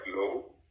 low